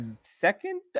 second